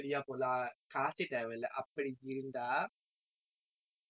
I don't think they will definitely be carefree also the older generation might